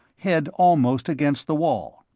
head almost against the wall.